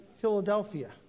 Philadelphia